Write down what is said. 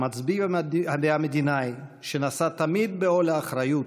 המצביא והמדינאי שנשא תמיד בעול האחריות,